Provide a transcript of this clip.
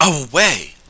away